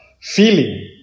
feeling